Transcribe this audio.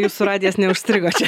jūsų radijas neužstrigo čia